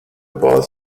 both